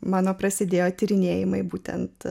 mano prasidėjo tyrinėjimai būtent